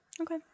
Okay